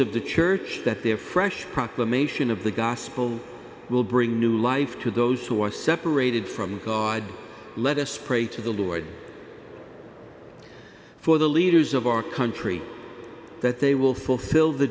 of the church that their fresh proclamation of the gospel will bring new life to those who are separated from god let us pray to the lord for the leaders of our country that they will fulfill the